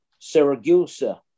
Saragusa